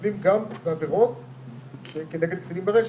שמטפלים גם בעבירות כנגד קטינים ברשת.